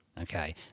okay